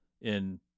in-